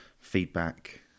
feedback